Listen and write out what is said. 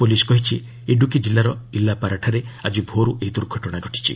police କହିଛି ଇଡୁକି ଜିଲ୍ଲାର ଇଲାପାରାଠାରେ ଆଜି ଭୋରୁ ଏହି ଦୁର୍ଘଟଣା ଘଟିଛି